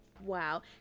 wow